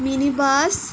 minibus